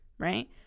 Right